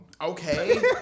Okay